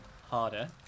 harder